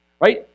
right